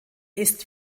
ist